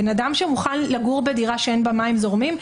בן אדם שמוכן לגור שאין בה מים זורמים?